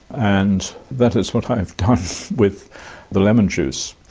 and that is what i have done with the lemon juice.